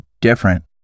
different